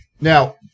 now